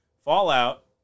fallout